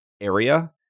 area